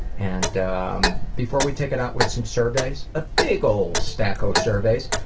and um before we take it out with some surveys, a big ol' stack o' surveys,